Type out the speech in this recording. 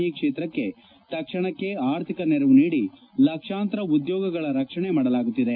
E ಕ್ಷೇತ್ರಕ್ಕೆ ತಕ್ಷಣಕ್ಕೆ ಆರ್ಥಿಕ ನೆರವು ನೀಡಿ ಲಕ್ಷಾಂತರ ಉದ್ಲೋಗಗಳ ರಕ್ಷಣೆ ಮಾಡಲಾಗುತ್ತಿದೆ